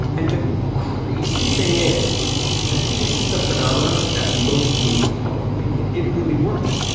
and the crazy thing is that this is the phenomenon that most moves public opinion. it really works.